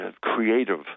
creative